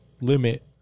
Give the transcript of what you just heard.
Limit